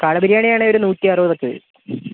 കാട ബിരിയാണിയാണെങ്കിൽ ഒരു നൂറ്റി അറുപതൊക്കെ വരും